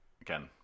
again